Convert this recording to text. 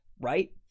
right